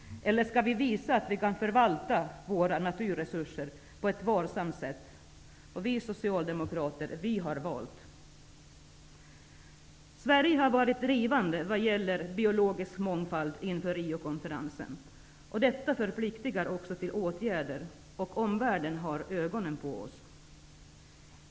Eller skall vi visa att vi kan förvalta våra naturresurser på ett varsamt sätt? Vi socialdemokrater har valt. Sverige var drivande vad gäller biologisk mångfald inför Rio-konferensen. Detta förpliktigar också till åtgärder. Omvärlden har ögonen på oss.